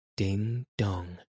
Ding-dong